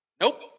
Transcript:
Nope